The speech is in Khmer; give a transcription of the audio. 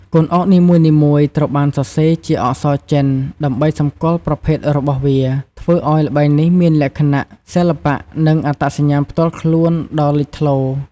កូនអុកនីមួយៗត្រូវបានសរសេរជាអក្សរចិនដើម្បីសម្គាល់ប្រភេទរបស់វា ធ្វើឱ្យល្បែងនេះមានលក្ខណៈសិល្បៈ និងអត្តសញ្ញាណផ្ទាល់ខ្លួនដ៏លេចធ្លោ។